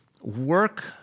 work